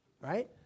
right